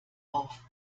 auf